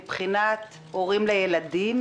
מבחינת הורים לילדים,